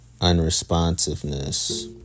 unresponsiveness